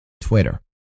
Twitter